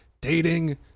dating